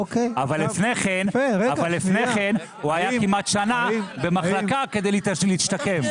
אבל לפני כן הוא היה כמעט שנה במחלקה כדי להשתקם.